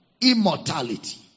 immortality